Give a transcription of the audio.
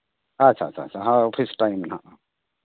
ᱟᱪᱪᱷᱟ ᱪᱷᱟ ᱪᱷᱟ ᱦᱳᱭ ᱚᱯᱷᱤᱥ ᱴᱟᱭᱤᱢ ᱜᱮ ᱱᱟᱜ ᱦᱳᱭ